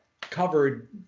covered